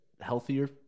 healthier